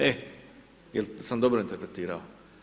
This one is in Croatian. E, jesam dobro interpretirao?